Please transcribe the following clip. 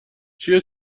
چیه